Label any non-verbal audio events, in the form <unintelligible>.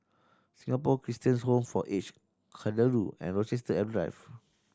Singapore Christans Home for Aged Kadaloor and Rochester <unintelligible> Drive